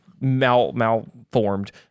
malformed